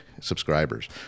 subscribers